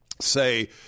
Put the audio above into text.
Say